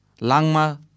langma